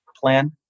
plan